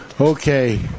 Okay